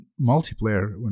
multiplayer